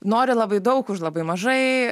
nori labai daug už labai mažai